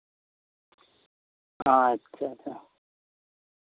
ᱟᱪᱪᱷᱟ ᱟᱪᱪᱷᱟ